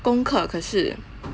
功课可是